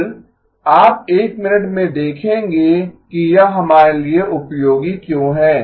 फिर आप एक मिनट में देखेंगे कि यह हमारे लिए उपयोगी क्यों है